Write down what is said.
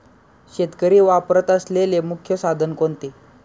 शेतकरी वापरत असलेले मुख्य साधन कोणते?